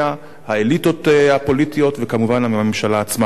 האליטות הפוליטיות וכמובן עם הממשלה עצמה בהונגריה.